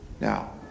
now